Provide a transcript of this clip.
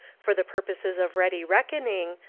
for the purposes of ready reckoning,